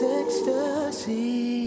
ecstasy